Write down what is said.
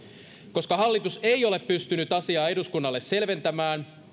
koska hallitus ei ole pystynyt asiaa eduskunnalle selventämään